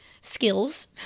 skills